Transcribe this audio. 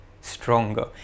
stronger